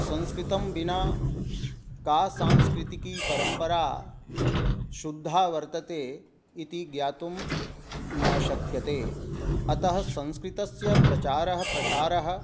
संस्कृतं विना का सांस्कृतिकी परम्परा शुद्धा वर्तते इति ज्ञातुं न शक्यते अतः संस्कृतस्य प्रचारः प्रसारः